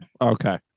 Okay